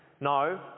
No